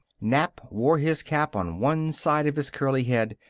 nap wore his cap on one side of his curly head,